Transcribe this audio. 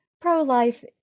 pro-life